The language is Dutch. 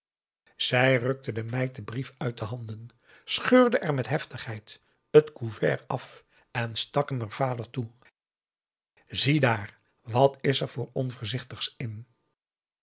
zij rukte de meid den brief uit de hand scheurde er met heftigheid t couvert af en stak hem haar vader toe ziedaar wat is er voor onvoorzichtigs in